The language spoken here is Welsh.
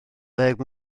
ddeg